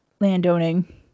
landowning